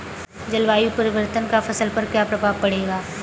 जलवायु परिवर्तन का फसल पर क्या प्रभाव पड़ेगा?